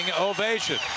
ovation